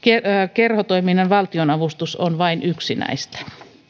kerhotoiminnan valtionavustus on vain yksi näistä